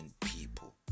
people